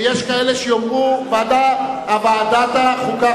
ויש כאלה שיאמרו ועדת החוקה,